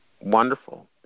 Wonderful